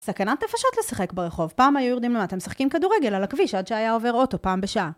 סכנת נפשות לשחק ברחוב, פעם היו יורדים למטה משחקים כדורגל על הכביש עד שהיה עובר אוטו פעם בשעה.